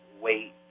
wait